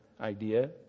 idea